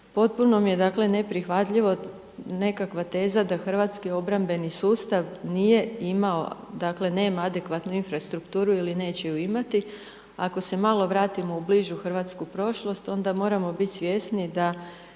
Potpuno mi je neprihvatljivo nekakva teza da hrvatski obrambeni sustav, nije imao, dakle, nema adekvatnu infrastrukturu ili neće ju imati, ako se malo vratimo u bližu hrvatsku prošlost, onda moramo biti svjesni, da